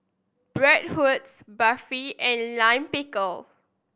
Bratwurst Barfi and Lime Pickle